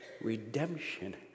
redemption